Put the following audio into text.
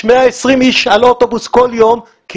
יש 120 אנשים על אוטובוס כל יום כי